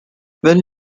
when